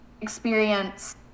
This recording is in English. experience